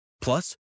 Plus